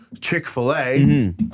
Chick-fil-A